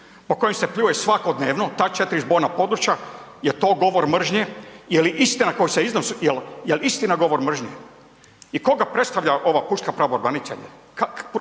po kojim se pljuje svakodnevno, ta 4 zborna područja, jel to govor mržnje, je li istina koju se iznosi, jel istina govor mržnje i koga predstavlja ova pučka pravobranitelje,